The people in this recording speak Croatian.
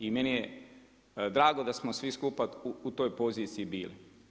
I meni je drago da smo svi skupa u toj poziciji bili.